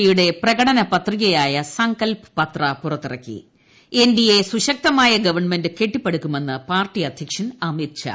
P യുടെ ് പ്രകടനപത്രികയായ സങ്കല്പ് പത്ര പുറത്തിറക്കി എൻ ഡി എ സുശക്തമായ ഗവൺമെന്റ് കെട്ടിപ്പടുക്കുമെന്ന് പാർട്ടി അധ്യക്ഷൻ അമിത്ഷാ